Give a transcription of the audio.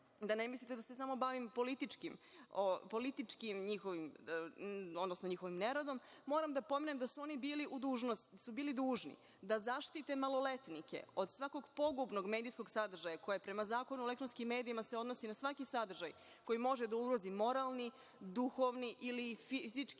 da ne mislite da se samo bavim njihovim političim radom, odnosno neradom, moram da pomenem da su oni bili dužni da zaštite maloletnike od svakog pogubnog medijskog sadržaja koje se, prema Zakonu o elektronskim medijima, odnosi na svaki sadržaj koji može da ugrozi moralni, duhovni ili fizički